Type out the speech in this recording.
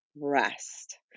rest